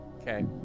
Okay